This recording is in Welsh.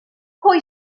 pwy